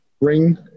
ring